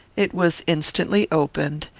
it was instantly opened,